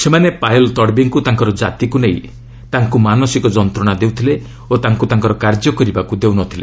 ସେମାନେ ପାୟଲ୍ ତଡ୍ବୀଙ୍କ ଜାଙ୍କର କାତିକ୍ ନେଇ ମାନସିକ ଯନ୍ତ୍ରଣା ଦେଉଥିଲେ ଓ ତାଙ୍କୁ ତାଙ୍କର କାର୍ଯ୍ୟ କରିବାକୁ ଦେଉ ନ ଥିଲେ